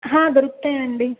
దొరుకుతాయి అండి